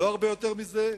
הרבה יותר מזה.